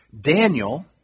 Daniel